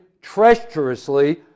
treacherously